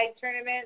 tournament